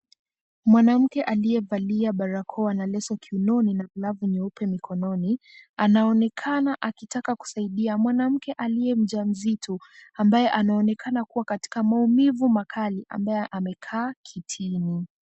Mwanamke aliyevalia barakoa na leso kiunoni na glavu nyeupe mikononi ,anaonekana akitaka kumsaidia mwanamke aliye mjamzito ambaye anaonekana katika maumivu makali ambaye amekaa kitini .